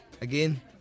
Again